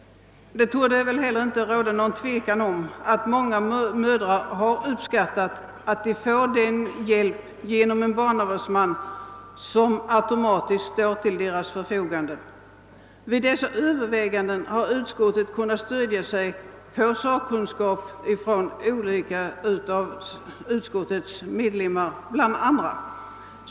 Det torde inte heller råda något tvivel om att många mödrar upp skattat att få den hjälp det innebär att en barnavårdsman automatiskt står till deras förfogande. Vid dessa överväganden har utskottet kunnat stödja sig på den sakkunskap som olika ledamöter av utskottet har i dessa frågor.